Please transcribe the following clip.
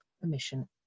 permission